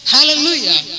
Hallelujah